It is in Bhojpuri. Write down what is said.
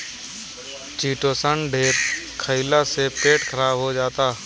चिटोसन ढेर खईला से पेट खराब हो जाला